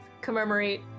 commemorate